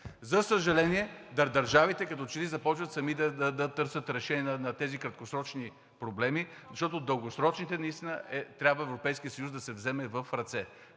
За съжаление, държавите като че ли започват сами да търсят решение на тези краткосрочни проблеми, защото за дългосрочните наистина трябва Европейският съюз да се вземе в ръце.